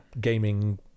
gaming